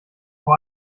vor